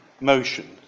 motion